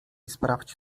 sprawdź